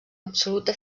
absoluta